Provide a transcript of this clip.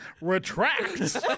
retracts